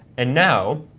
and now